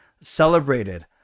celebrated